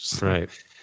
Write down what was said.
right